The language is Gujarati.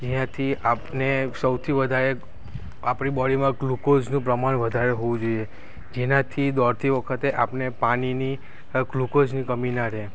જેથી આપને સૌથી વધારે આપણી બોડીમાં ગ્લુકોઝનું પ્રમાણ વધારે હોવું જોઈએ જેનાથી દોડતી વખતે આપને પાણીની ગ્લુકોઝની કમી ન રહે